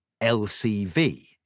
LCV